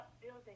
building